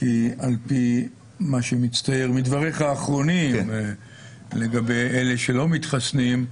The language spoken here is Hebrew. על פי מה שמצטייר מדבריך האחרונים לגבי אלה שלא מתחסנים,